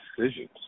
decisions